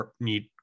need